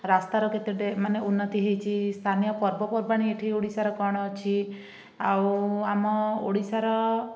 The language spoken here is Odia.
ରାସ୍ତାର କେତୋଟି ମାନେ ଉନ୍ନତି ହୋଇଛି ସ୍ଥାନୀୟ ପର୍ବପର୍ବାଣୀ ଏଠି ଓଡ଼ିଶାର କ'ଣ ଅଛି ଆଉ ଆମ ଓଡ଼ିଶାର